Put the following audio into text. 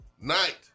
night